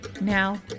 now